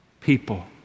people